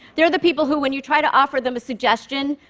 they're the people who, when you try to offer them a suggestion,